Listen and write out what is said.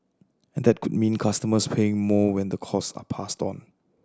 and that could mean customers paying more when the costs are passed on